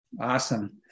Awesome